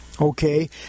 Okay